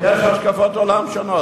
יש לנו השקפות עולם שונות.